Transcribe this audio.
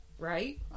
Right